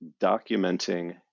documenting